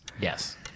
Yes